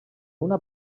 una